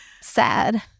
sad